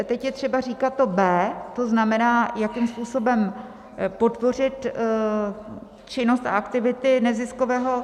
Teď je třeba říkat to B, to znamená, jakým způsobem podpořit činnost a aktivity neziskového sektoru.